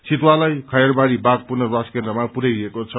चितुवालाई खयरबारी बाघ पुनर्वास केन्द्रमा पुर्याइएको छ